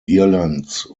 irlands